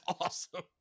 awesome